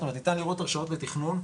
זאת אומרת ניתן לראות הרשאות בתכנון,